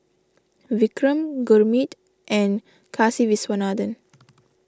Vikram Gurmeet and Kasiviswanathan